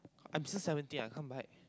I'm just seventeen I can't buy